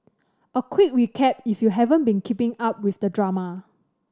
a quick recap if you haven't been keeping up with the drama